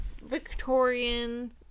Victorian